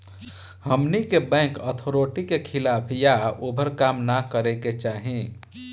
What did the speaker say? हमनी के bank authority के खिलाफ या ओभर काम न करे के चाही